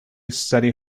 steady